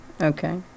Okay